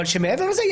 מעבר לזה,